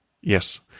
Yes